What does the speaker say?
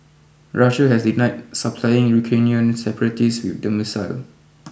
Russia has denied supplying Ukrainian separatists with the missile